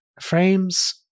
frames